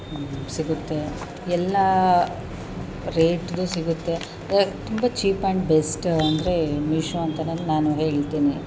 ಸಿಗುತ್ತೆ ಎಲ್ಲ ರೇಟ್ದು ಸಿಗುತ್ತೆ ತುಂಬ ಚೀಪ್ ಆ್ಯಂಡ್ ಬೆಸ್ಟ್ ಅಂದರೆ ಮೀಶೋ ಅಂತಲೇ ನಾನು ಹೇಳ್ತೀನಿ